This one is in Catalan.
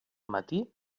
matí